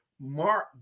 Mark